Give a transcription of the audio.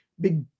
big